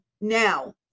Now